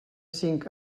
cinc